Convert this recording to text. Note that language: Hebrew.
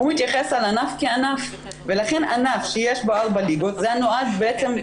הוא מתייחס לענף כענף ולכן ענף שיש בו ארבע ליגות זה נועד בעצם,